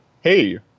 Hey